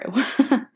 true